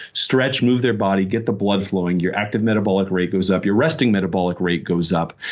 stretch, move their body, get the blood flowing. your active metabolic rate goes up, your resting metabolic rate goes up,